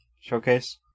showcase